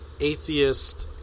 atheist